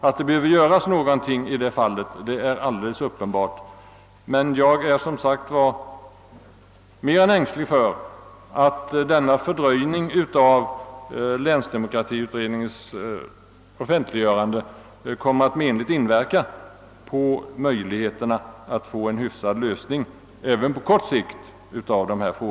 Att något behöver göras är uppenbart, men jag är som sagt synnerligen ängslig för att fördröjningen av offentliggörandet av länsdemokratiutredningens betänkande kommer att menligt inverka på möjligheterna att få till stånd en hyfsad lösning även på kort sikt.